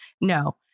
no